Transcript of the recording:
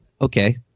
Okay